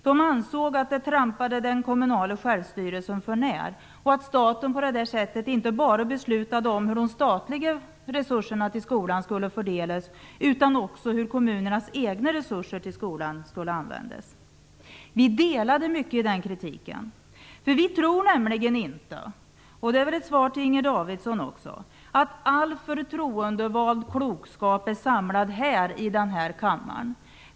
Man ansåg att det gick den kommunala självstyrelsen för när och att staten inte bara beslutade hur de statliga resurserna till skolan skulle fördelas utan också hur kommunernas egna resurser till skolan skulle användas. Vi delade mycket av den kritiken. Vi tror nämligen inte - och det är också ett svar till Inger Davidson - att all förtroendevald klokskap är samlad här i denna kammare.